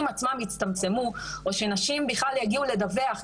עצמם יצטמצמו או שהנשים עצמן יגיעו לדווח.